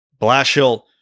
Blashill